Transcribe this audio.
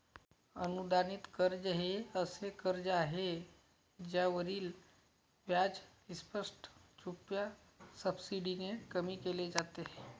अनुदानित कर्ज हे असे कर्ज आहे ज्यावरील व्याज स्पष्ट, छुप्या सबसिडीने कमी केले जाते